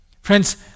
Friends